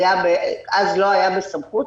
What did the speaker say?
אז לא היה בסמכות,